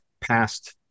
past